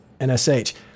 NSH